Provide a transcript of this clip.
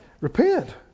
Repent